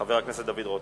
חבר הכנסת דוד רותם.